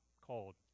cold